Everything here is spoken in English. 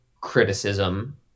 criticism